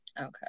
Okay